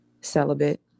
celibate